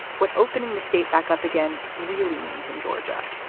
what opening the state back up again really means in georgia,